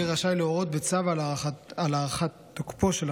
יהיה רשאי שר הביטחון להורות בצו על הארכת תוקפו של